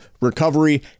recovery